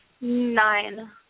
nine